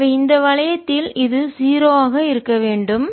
எனவே இந்த வளையத்தில் இது 0 ஆக இருக்க வேண்டும்